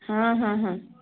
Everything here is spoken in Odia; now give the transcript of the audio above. ହଁ ହଁ ହଁ